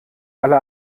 alle